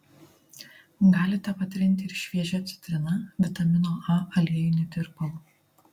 galite patrinti ir šviežia citrina vitamino a aliejiniu tirpalu